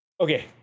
Okay